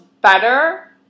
better